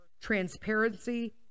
transparency